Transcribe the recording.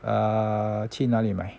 uh 去哪里买